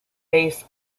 based